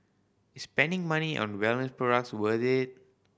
is spending money on wellness products worth it